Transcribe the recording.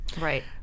Right